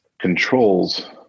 controls